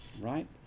Right